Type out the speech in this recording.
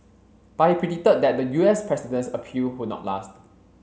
but he predicted that the U S president's appeal would not last